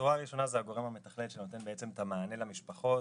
הבשורה הראשונה זה הגורם המתכלל שנותן את המענה למשפחות,